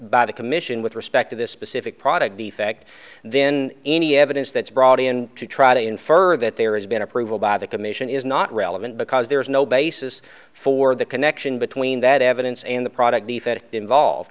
by the commission with respect to this specific product defect then any evidence that's brought in to try to infer that there has been approval by the commission is not relevant because there is no basis for the connection between that evidence and the product if it involved